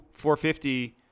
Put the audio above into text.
450